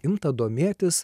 imta domėtis